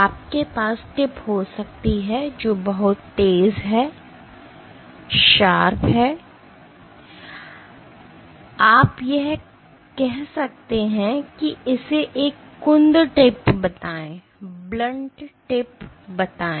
आपके पास टिप हो सकती हैं जो बहुत तेज हैं आप यह कर सकते हैं इसे एक कुंद टिप बताएं